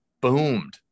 boomed